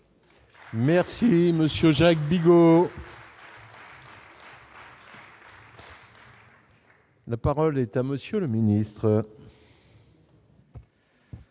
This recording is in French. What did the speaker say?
Merci monsieur Jacques Bigot. La parole est à monsieur le ministre.